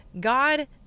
God